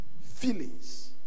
feelings